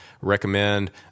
recommend